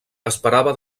esperava